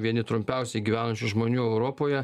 vieni trumpiausiai gyvenančių žmonių europoje